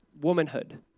Womanhood